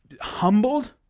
humbled